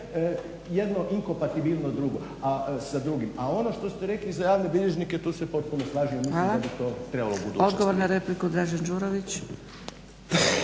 jedno inkompatibilno sa drugim ali ono što ste rekli za javne bilježnike tu se potpuno slažem, mislim da bi trebalo